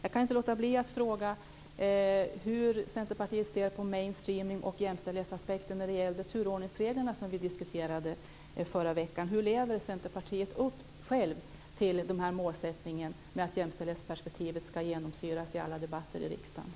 Jag kan inte låta bli att fråga hur Centerpartiet ser på mainstreaming och jämställdhetsaspekten när det gäller turordningsreglerna, som vi diskuterade förra veckan. Hur lever Centerpartiet självt upp till målsättningen att jämställdhetsperspektivet ska genomsyra alla debatter i riksdagen?